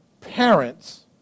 parents